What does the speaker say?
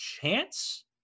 chance